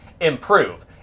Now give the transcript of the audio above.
improve